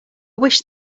wish